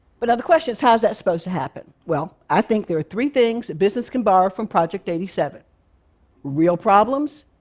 but ah the question is how is that supposed to happen? well, i think there are three things that business can borrow from project eighty seven real problems,